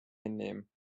hinnehmen